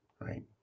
right